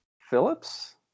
Phillips